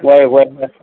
ꯍꯣꯏ ꯍꯣꯏ ꯍꯣꯏ